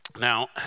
Now